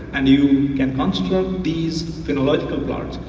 and you can construct these phenological bars,